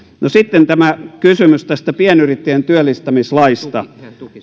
no sitten tämä kysymys tästä pienyrittäjän työllistämislaista